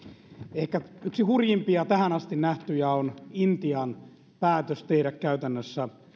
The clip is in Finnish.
ehkä yksi hurjimpia tähän asti nähtyjä on intian päätös tehdä käytännössä